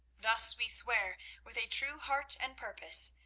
thus we swear with a true heart and purpose,